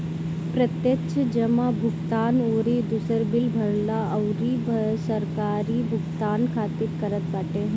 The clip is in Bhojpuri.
प्रत्यक्ष जमा भुगतान अउरी दूसर बिल भरला अउरी सरकारी भुगतान खातिर करत बाटे